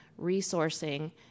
resourcing